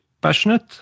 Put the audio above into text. passionate